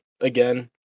again